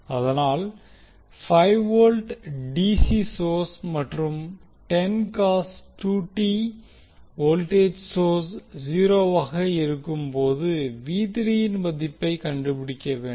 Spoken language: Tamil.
அதனால் 5 V டிசி சோர்ஸ் மற்றும் வோல்டேஜ் சோர்ஸ் 0 வாக இருக்கும் போது இன் மதிப்பை கண்டுபிடிக்க வேண்டும்